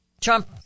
Trump